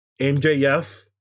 MJF